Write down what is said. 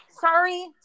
Sorry